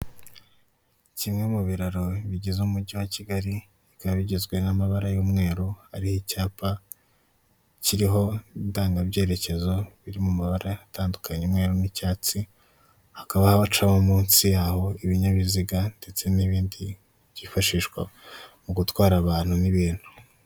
Kimwe mubiraro bigize umugi wa kigali bikaba bigizwe n'amabara y'umweru hariho ibyapa kiriho indangabyerekezo biri mu mabara atandukanye umweru n'icyatsi. Hakaba hacamo munsi ibinyabiziga n'ibindi byifashishwa mu gutwara abantu n'ibintu.